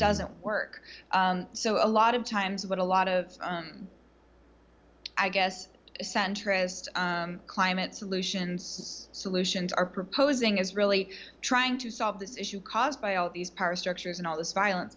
doesn't work so a lot of times what a lot of i guess centrist climate solutions solutions are proposing is really trying to solve this issue caused by all these power structures and all this violence